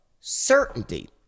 certainty